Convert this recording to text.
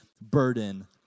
burden